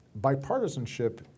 bipartisanship